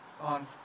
on